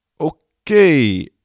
okay